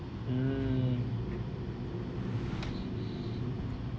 mm